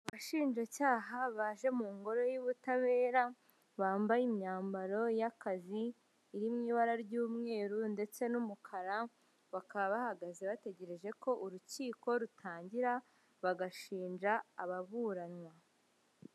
Abashinjacyaha baje mu ngoro y'ubutabera bambaye imyambaro y'akazi iri mu ibara ry'umweru ndetse n'umukara, bakaba bahagaze bategereje ko urukiko rutangira bagashinja ababuranwa.